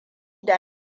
da